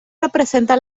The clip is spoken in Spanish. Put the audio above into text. representa